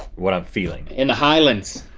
what i'm feeling. in the highlands.